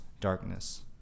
darkness